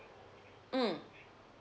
mm